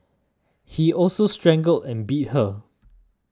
he also strangled and beat her